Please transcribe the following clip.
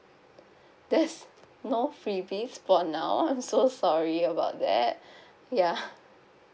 there's no freebies for now I'm so sorry about that yeah